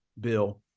bill